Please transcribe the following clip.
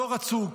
לא רצו,